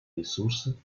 ресурсы